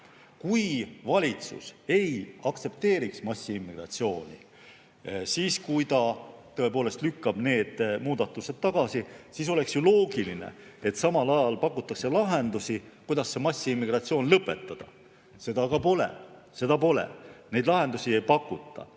Kui valitsus ei aktsepteeriks massiimmigratsiooni ja lükkaks tõepoolest need muudatused tagasi, siis oleks ju loogiline, et samal ajal pakutakse lahendusi, kuidas see massiimmigratsioon lõpetada. Seda aga pole. Seda pole, neid lahendusi ei pakuta.